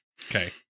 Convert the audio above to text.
Okay